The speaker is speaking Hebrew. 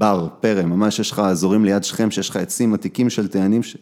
‫בר, פרם, ממש יש לך איזורים ליד שכם ‫שיש לך עצים עתיקים של תאנים...